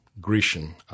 Grecian